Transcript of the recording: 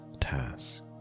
task